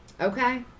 Okay